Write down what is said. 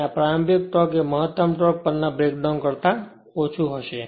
અને પ્રારંભિક ટોર્ક એ મહત્તમ ટોર્ક પર ના બ્રેકડાઉન કરતા ઓછું હશે